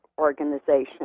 organization